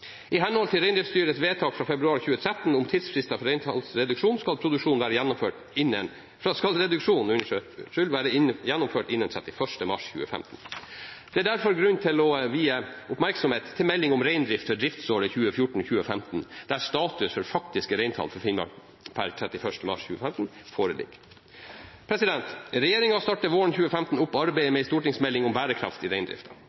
I henhold til reindriftsstyrets vedtak fra februar 2013 om tidsfrister for reintallsreduksjon skal reduksjonen være gjennomført innen 31. mars 2015. Det er derfor grunn til å vie oppmerksomhet til melding om reindrift for driftsåret 2014–2015, der status for faktiske reintall for Finnmark per 31. mars 2015 foreligger. Regjeringen startet våren 2015 opp arbeidet med en stortingsmelding om bærekraft i